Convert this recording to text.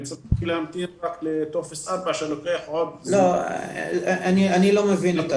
הם צריכים להמתין לטופס 4 שלוקח- -- אני לא מבין,